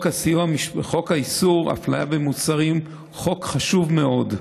חוק איסור הפליה במוצרים הוא חוק חשוב מאוד,